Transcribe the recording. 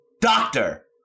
Doctor